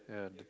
yeah the